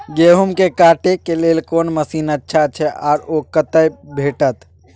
गेहूं के काटे के लेल कोन मसीन अच्छा छै आर ओ कतय भेटत?